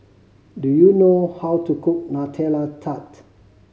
do you know how to cook Nutella Tart